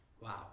Wow